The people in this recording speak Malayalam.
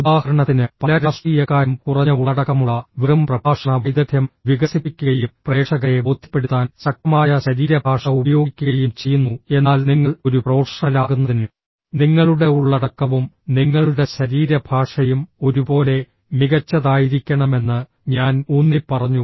ഉദാഹരണത്തിന് പല രാഷ്ട്രീയക്കാരും കുറഞ്ഞ ഉള്ളടക്കമുള്ള വെറും പ്രഭാഷണ വൈദഗ്ദ്ധ്യം വികസിപ്പിക്കുകയും പ്രേക്ഷകരെ ബോധ്യപ്പെടുത്താൻ ശക്തമായ ശരീരഭാഷ ഉപയോഗിക്കുകയും ചെയ്യുന്നു എന്നാൽ നിങ്ങൾ ഒരു പ്രൊഫഷണലാകുന്നതിന് നിങ്ങളുടെ ഉള്ളടക്കവും നിങ്ങളുടെ ശരീരഭാഷയും ഒരുപോലെ മികച്ചതായിരിക്കണമെന്ന് ഞാൻ ഊന്നിപ്പറഞ്ഞു